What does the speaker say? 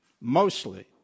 mostly